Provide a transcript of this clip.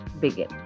begin